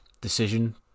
decision